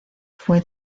fue